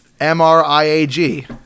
M-R-I-A-G